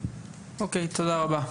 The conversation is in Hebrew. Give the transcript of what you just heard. אוקיי, תודה רבה.